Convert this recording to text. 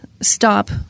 stop